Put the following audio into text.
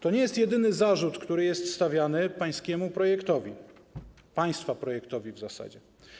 To nie jest jedyny zarzut, który jest stawiany pańskiemu projektowi - państwa projektowi w zasadzie.